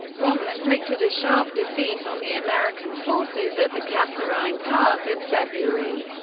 rommel inflicted a sharp defeat on the american forces at the kasserine pass in february,